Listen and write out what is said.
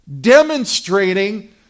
Demonstrating